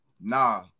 Nah